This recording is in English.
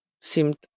seemed